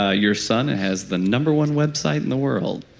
ah your son and has the number one website in the world.